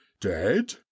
dead